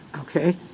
okay